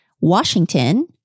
Washington